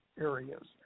areas